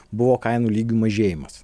buvo kainų lygių mažėjimas